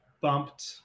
bumped